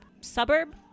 suburb